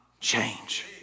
Change